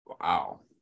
Wow